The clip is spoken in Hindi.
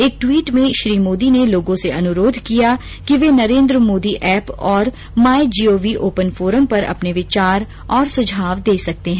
एक ट्वीट में श्री मोदी ने लोगों से अनुरोघ किया है कि वे नरेन्द्र मोदी एप और my G O V open forum पर अपने विचार और सुझाव दे सकते हैं